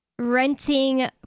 Renting